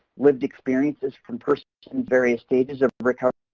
lived experiences from person in various stages of recovery.